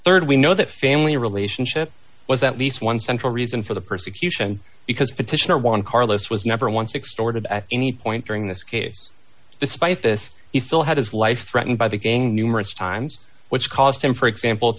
relationships rd we know that family relationship was at least one central reason for the persecution because petitioner juan carlos was never once extorted at any point during this case despite this he still had his life threatened by the gang numerous times which caused him for example